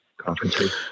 conferences